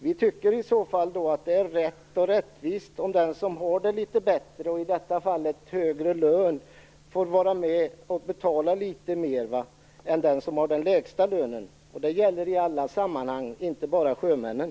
Vi tycker att det är rätt och rättvist att den som har det litet bättre, i det här fallet den som har högre lön, får vara med och betala litet mer än den som den lägsta lönen. Detta gäller i alla sammanhang, inte bara för sjömännen.